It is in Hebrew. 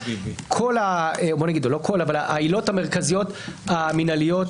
העילות המרכזיות המינהליות